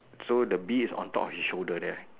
so the bee is on top of his shoulder there